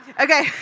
Okay